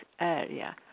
area